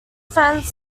fence